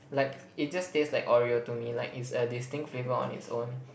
like it just taste like Oreo to me like it's a distinct flavour on its own